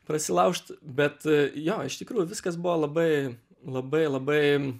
prasilaužt bet jo iš tikrųjų viskas buvo labai labai labai